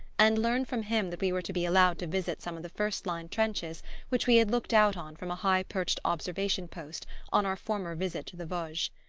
and learned from him that we were to be allowed to visit some of the first-line trenches which we had looked out on from a high-perched observation post on our former visit to the vosges.